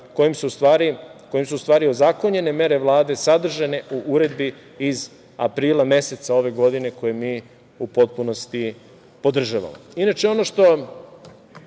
kojim su u stvari ozakonjene mere Vlade sadržane u uredbi iz aprila meseca ove godine, koje mi u potpunosti podržavamo. Inače, ono što